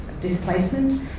displacement